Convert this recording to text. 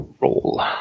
roll